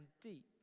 deep